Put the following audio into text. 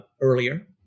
earlier